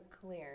clear